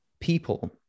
people